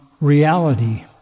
reality